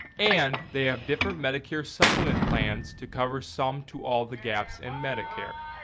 and they have different medicare supplement plans to cover some to all the gaps and medicare.